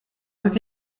was